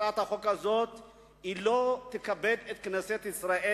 הצעת החוק הזאת לא תכבד את כנסת ישראל.